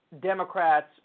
Democrats